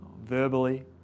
verbally